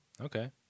Okay